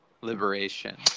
liberation